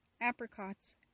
apricots